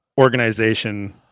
organization